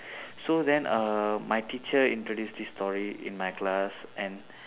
so then uh my teacher introduce this story in my class and